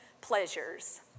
pleasures